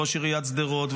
ראש עיריית שדרות,